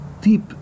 deep